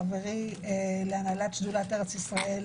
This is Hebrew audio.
חברי להנהלת שדולת ארץ ישראל,